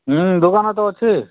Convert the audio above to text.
ହଁ ଦୋକାନ ତ ଅଛି